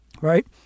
right